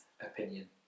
opinion